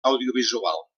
audiovisual